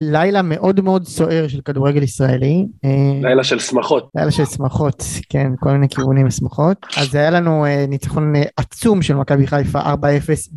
לילה מאוד מאוד סוער של כדורגל ישראלי, - לילה של שמחות... לילה של שמחות, כן, מכל מיני כיוונים שמחות, אז זה היה לנו ניצחון עצום של מכבי חיפה 4-0.